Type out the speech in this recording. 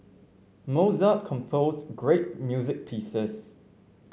Mozart composed great music pieces